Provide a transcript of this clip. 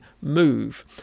move